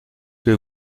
que